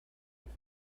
defy